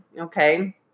okay